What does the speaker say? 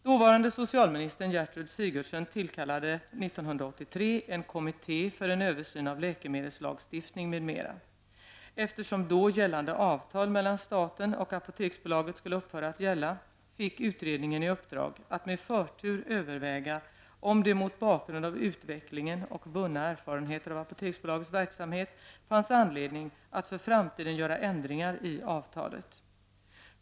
Dåvarande socialminister Gertrud Sigurdsen tillkallade år 1983 en kommitté för en översyn av läkemedelslagstiftning m.m. Eftersom då gällande avtal mellan staten och Apoteksbolaget skulle uphöra att gälla fick utredningen i uppdrag att med förtur överväga om det mot bakgrund av utvecklingen och vunna erfarenheter av Apoteksbolagets verksamhet fanns anledning att för framtiden göra ändringar i avtalet.